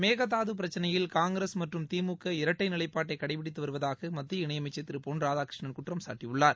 மேகதாது பிரச்சினையில் காங்கிரஸ் மற்றும் திமுக இரட்டை நிலைப்பாட்டை கடைபிடித்து வருவதாக மத்திய இணை அமைச்ச் திரு பொன் ராதாகிருஷ்ணன் குற்றம்சாட்டியுள்ளார்